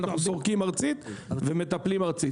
אנחנו סורקים ארצית ומטפלים ארצית.